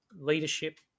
leadership